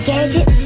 Gadget